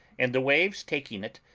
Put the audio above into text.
and the waves taking it,